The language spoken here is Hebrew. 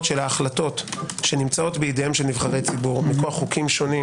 של ההחלטות שנמצאות בידיהם של נבחרי ציבור מכוח חוקים שונים